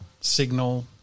signal